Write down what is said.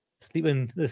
Sleeping